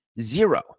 zero